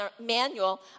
Manual